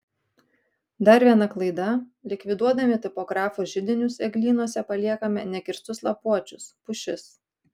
dar viena klaida likviduodami tipografų židinius eglynuose paliekame nekirstus lapuočius pušis